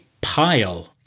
pile